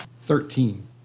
Thirteen